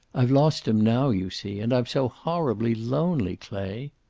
i've lost him now, you see. and i'm so horribly lonely, clay.